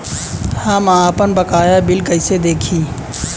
हम आपनबकाया बिल कइसे देखि?